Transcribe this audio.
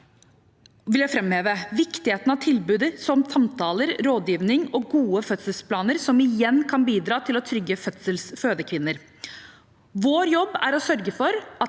jeg framheve viktigheten av tilbud som samtaler, rådgivning og gode fødselsplaner, som igjen kan bidra til å trygge fødekvinner. Vår jobb er å sørge for at